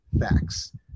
facts